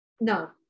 no